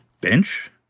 bench